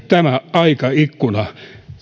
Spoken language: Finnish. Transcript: tämä aikaikkuna